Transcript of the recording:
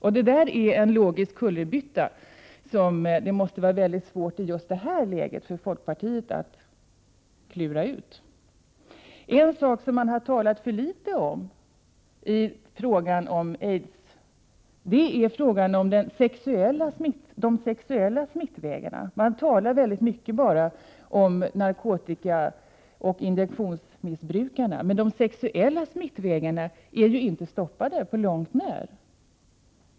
Man har här gjort en logisk kullerbytta, som det måste vara mycket svårt för folkpartiet att i det här läget reda ut. En sak som det har talats för litet om när det gäller aids är de sexuella smittvägarna. Man talar mycket om injektionsmissbrukarna, men de sexuella smittvägarna är ju inte på långt när stoppade.